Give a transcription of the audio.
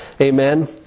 Amen